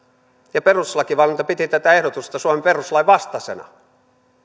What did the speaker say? ja perustuslakivaliokunta piti tätä ehdotusta suomen perustuslain vastaisena